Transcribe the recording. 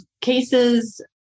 cases